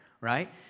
right